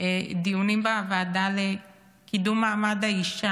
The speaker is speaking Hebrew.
דיונים בוועדה לקידום מעמד האישה,